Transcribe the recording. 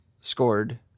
scored